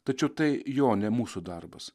tačiau tai jo o ne mūsų darbas